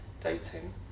dating